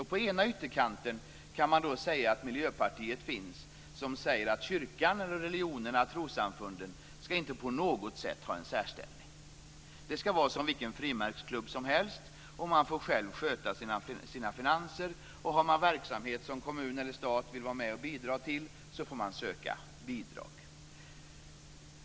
På den ena ytterkanten återfinns Miljöpartiet, som säger att kyrkan, religionerna och trossamfunden inte på något sätt ska ha en särställning. De ska likställas med vilken frimärksklubb som helst, och de får själva sköta sina finanser. Har man verksamhet som kommun eller stat vill främja får man söka bidrag.